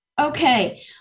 Okay